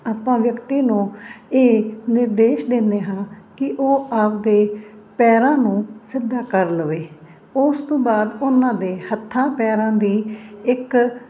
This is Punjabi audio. ਆਪਾਂ ਵਿਅਕਤੀ ਨੂੰ ਇਹ ਨਿਰਦੇਸ਼ ਦਿੰਦੇ ਹਾਂ ਕਿ ਉਹ ਆਪਦੇ ਪੈਰਾਂ ਨੂੰ ਸਿੱਧਾ ਕਰ ਲਵੇ ਉਸ ਤੋਂ ਬਾਅਦ ਉਹਨਾਂ ਦੇ ਹੱਥਾਂ ਪੈਰਾਂ ਦੀ ਇੱਕ